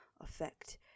effect